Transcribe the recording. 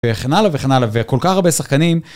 וכן הלאה וכן הלאה וכל כך הרבה שחקנים.